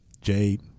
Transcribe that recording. Jade